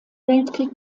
weltkrieg